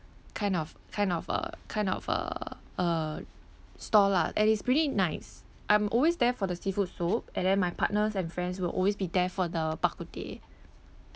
kind of kind of uh kind of err uh stall lah and it's pretty nice I'm always there for the seafood soup and then my partners and friends will always be there for the bak kut teh